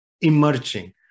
emerging